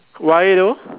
why though